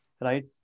right